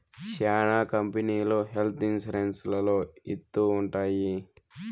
శ్యానా కంపెనీలు health insurance లలో ఇత్తూ ఉంటాయి